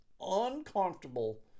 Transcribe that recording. uncomfortable